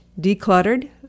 decluttered